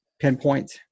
pinpoint